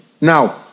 now